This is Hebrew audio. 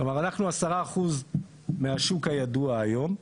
כלומר אנחנו 10% מהשוק הידוע היום.